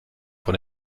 von